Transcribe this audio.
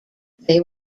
they